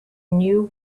knew